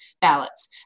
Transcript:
ballots